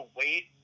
wait